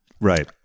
right